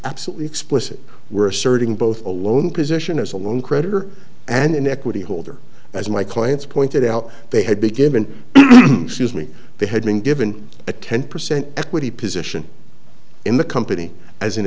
absolutely explicit were asserting both alone position as a loan creditor and an equity holder as my clients pointed out they had be given to me they had been given a ten percent equity position in the company as an